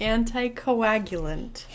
Anticoagulant